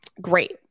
Great